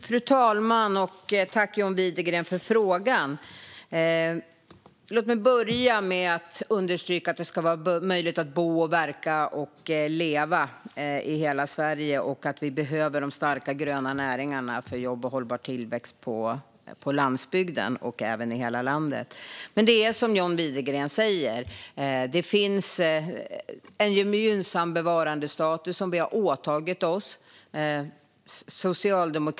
Fru talman! Tack, John Widegren, för frågan! Låt mig börja med att understryka att det ska vara möjligt att bo, verka och leva i hela Sverige och att vi behöver de starka gröna näringarna för jobb och hållbar tillväxt på landsbygden och i hela landet. Men det är som John Widegren säger. Det finns en gynnsam bevarandestatus som vi har åtagit oss.